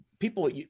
People